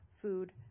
food